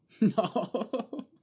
No